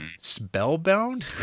Spellbound